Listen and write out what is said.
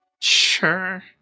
Sure